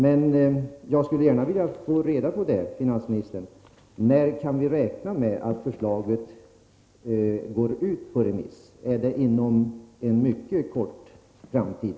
Men jag skulle gärna vilja fråga finansministern: När kan vi räkna med att förslaget går ut på remiss? Är det inom en mycket snar framtid?